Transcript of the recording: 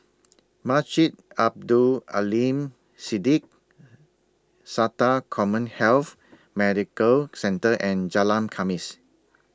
Masjid Abdul Aleem Siddique Sata Commhealth Medical Centre and Jalan Khamis